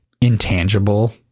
intangible